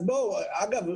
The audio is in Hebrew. אגב,